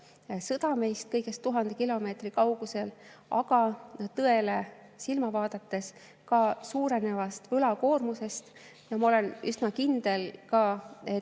sõda meist kõigest 1000 kilomeetri kaugusel, aga tõele silma vaadates ka suurenevast võlakoormusest. Ma olen üsna kindel, et